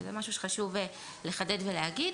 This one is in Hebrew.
וזה משהו שחשוב לחדד ולהגיד.